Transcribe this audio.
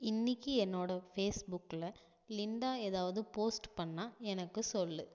இன்றைக்கு என்னோடய ஃபேஸ் புக்கில் லிண்டா ஏதாவது போஸ்ட்டு பண்ணால் எனக்கு சொல்